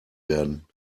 werden